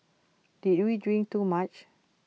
did we drink too much